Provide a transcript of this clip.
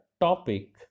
topic